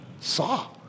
saw